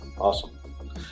Awesome